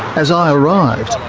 as i arrived,